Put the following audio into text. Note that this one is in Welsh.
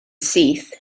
syth